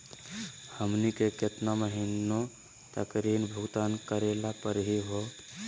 हमनी के केतना महीनों तक ऋण भुगतान करेला परही हो?